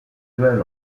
duel